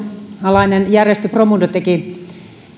alainen järjestö promundo teki